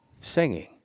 singing